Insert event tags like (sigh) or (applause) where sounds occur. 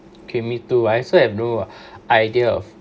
okay me too I also have no (breath) idea of